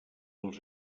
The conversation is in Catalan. als